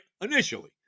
initially